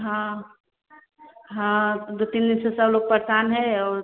हाँ हाँ दो तीन दिन से सब लोग परेशान हैं और